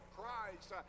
Christ